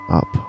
up